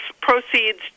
proceeds